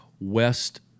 west